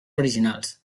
originals